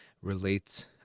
relates